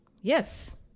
Yes